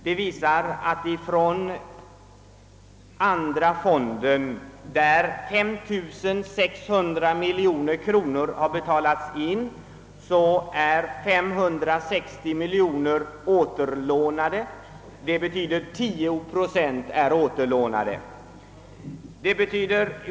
Dessa visar att från andra AP-fonden, till vilken 35600 miljoner kronor betalats in i avgifter, är 560 miljoner kronor, dvs. 10 procent, återlånade.